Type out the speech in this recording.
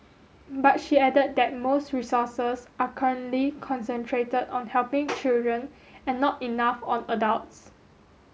but she added that most resources are currently concentrated on helping children and not enough on adults